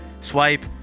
swipe